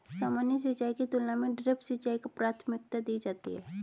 सामान्य सिंचाई की तुलना में ड्रिप सिंचाई को प्राथमिकता दी जाती है